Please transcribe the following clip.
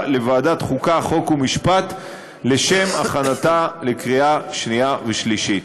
לוועדת חוקה חוק ומשפט לשם הכנתה לקריאה שנייה ושלישית.